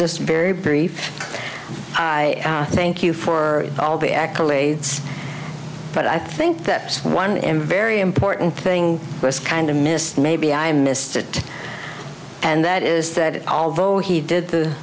just very brief i thank you for all the accolades but i think that one in very important thing was kind of missed maybe i missed it and that is that although he did the